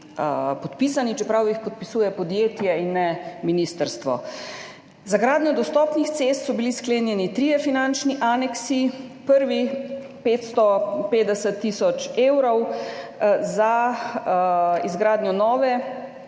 podpisani, čeprav jih podpisuje podjetje in ne ministrstvo. Za gradnjo dostopnih cest so bili sklenjeni trije finančni aneksi – prvi, 550 tisoč evrov za izgradnjo nove